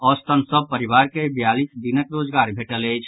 औसतन सभ परिवार के बियालीस दिनक रोजगार भेटल अछि